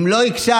אם לא הקשבת,